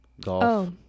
golf